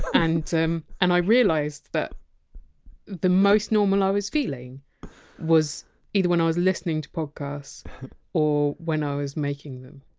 and and i realized that the most normal i was feeling was either when i was listening to podcasts or when i was making them.